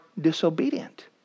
disobedient